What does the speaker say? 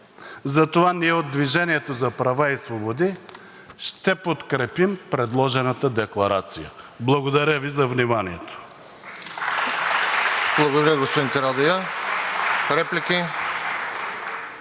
Затова ние от „Движение за права и свободи“ ще подкрепим предложената декларация. Благодаря Ви за вниманието.